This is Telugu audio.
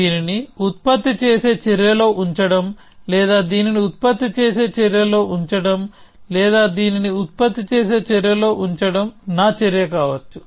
దీనిని ఉత్పత్తి చేసే చర్యలో ఉంచడం లేదా దీనిని ఉత్పత్తి చేసే చర్యలో ఉంచడం లేదా దీనిని ఉత్పత్తి చేసే చర్యలో ఉంచడం నా చర్య కావచ్చు